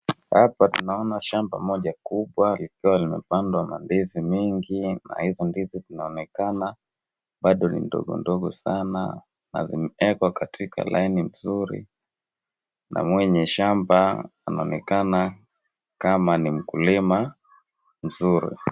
Hapa tunaona shamba moja kubwa likiwa limepandwa mandizi mingi, na izo ndizi zinaonekana bado ni ndogondogo sana na zimeekwa katika laini mzuri, na mwenye shamba anaonekana kama ni mkulima mzuri.